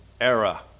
era